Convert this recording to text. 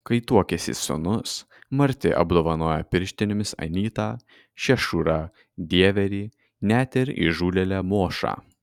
kai tuokėsi sūnus marti apdovanojo pirštinėmis anytą šešurą dieverį net ir įžūlėlę mošą